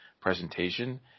presentation